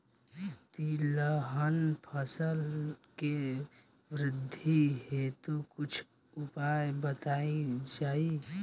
तिलहन फसल के वृद्धी हेतु कुछ उपाय बताई जाई?